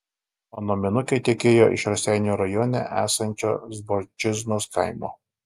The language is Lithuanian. o naminukė tekėjo iš raseinių rajone esančio zborčiznos kaimo